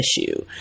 issue